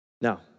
Now